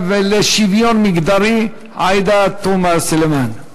ולשוויון מגדרי חברת הכנסת עאידה תומא סלימאן.